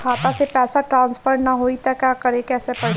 खाता से पैसा ट्रासर्फर न होई त का करे के पड़ी?